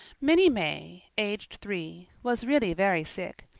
minnie may, aged three, was really very sick.